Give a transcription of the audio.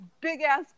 big-ass